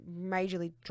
majorly